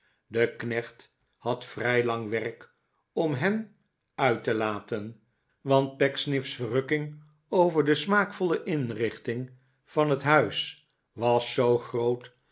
de knecht had vrij lang werkom hen uit te laten want pecksniff's ver rukking over onheusche bejegening de smaakvolle inrichting van het huis was zoo groot